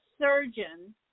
surgeon